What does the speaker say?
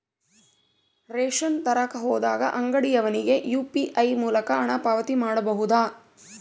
Ration ತರಕ ಹೋದಾಗ ಅಂಗಡಿಯವನಿಗೆ ಯು.ಪಿ.ಐ ಮೂಲಕ ಹಣ ಪಾವತಿ ಮಾಡಬಹುದಾ?